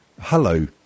Hello